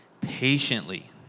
patiently